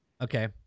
Okay